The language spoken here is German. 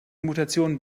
mutation